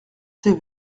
ses